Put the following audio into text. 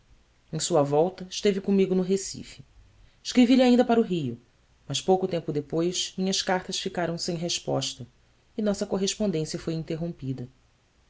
em sua volta esteve comigo no recife escrevi-lhe ainda para o rio mas pouco tempo depois minhas cartas ficaram sem resposta e nossa correspondência foi interrompida